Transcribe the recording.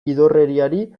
idorreriari